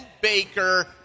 Baker